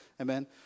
amen